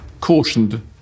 cautioned